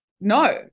no